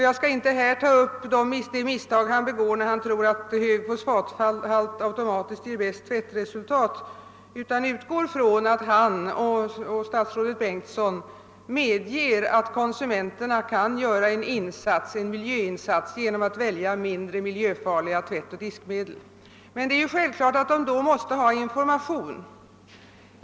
Jag skall inte här ta upp det misstag han begår när han tror att hög fosfathalt automatiskt ger bäst tvättresultat utan utgår från att han och statsrådet Bengtsson medger att konsumenterna kan göra en miljöinsats genom att välja mindre miljöfarliga tvättoch diskmedel. Men det är självklart att konsumenterna då måste ha information.